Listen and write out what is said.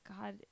God